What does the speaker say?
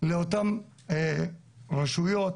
לאותן רשויות,